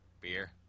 Beer